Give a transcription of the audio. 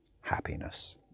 happiness